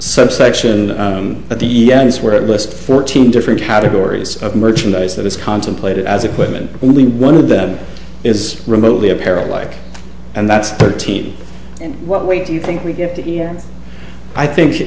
subsection at the end is where it lists fourteen different categories of merchandise that is contemplated as equipment only one of them is remotely apparent like and that's thirteen in what way do you think we get that here i think